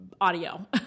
audio